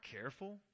careful